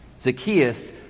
Zacchaeus